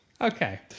Okay